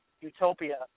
Utopia